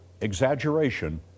exaggeration